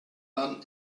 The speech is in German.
bahn